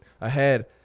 ahead